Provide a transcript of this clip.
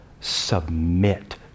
submit